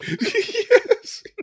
Yes